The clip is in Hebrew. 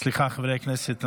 סליחה חברי הכנסת,